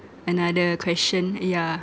another question yeah